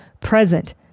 present